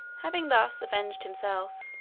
having thus avenged himself,